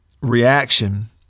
reaction